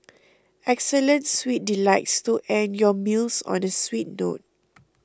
excellent sweet delights to end your meals on a sweet note